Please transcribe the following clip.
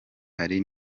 hari